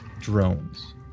Drones